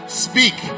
speak